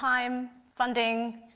time, funding,